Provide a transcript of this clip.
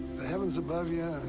the heavens above you,